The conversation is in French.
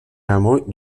hameau